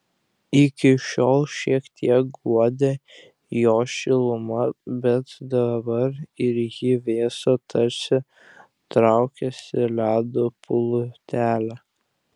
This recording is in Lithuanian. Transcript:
iki šiol šiek tiek guodė jo šiluma bet dabar ir ji vėso tarsi traukėsi ledo plutele